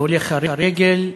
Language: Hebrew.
ולהולך הרגל: